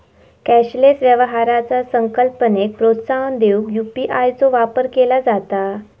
cashless व्यवहाराचा संकल्पनेक प्रोत्साहन देऊक यू.पी.आय चो वापर केला जाता